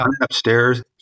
upstairs